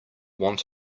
want